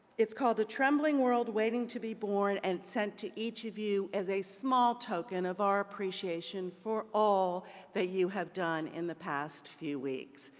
it's call the trembling world waiting to be born and sent to each of you as a small token of our appreciation for all that you have done in the past few weeks.